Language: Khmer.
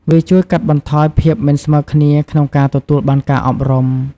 វាជួយកាត់បន្ថយភាពមិនស្មើគ្នាក្នុងការទទួលបានការអប់រំ។